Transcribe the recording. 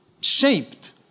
shaped